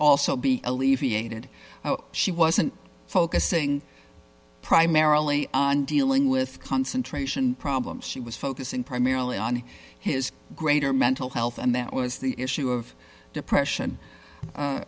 also be alleviated she wasn't focusing primarily on dealing with concentration problems she was focusing primarily on his greater mental health and that was the issue of depression